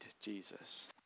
Jesus